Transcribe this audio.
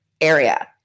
area